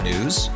News